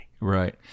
right